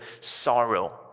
sorrow